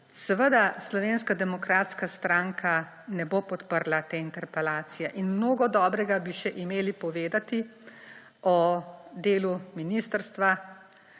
Seveda Slovenska demokratska stranka ne bo podprla te interpelacije. In mnogo dobrega bi še imeli povedati o delu ministrstva,